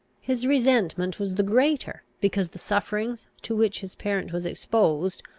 his resentment was the greater, because the sufferings to which his parent was exposed,